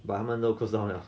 but 他们都 closed down liao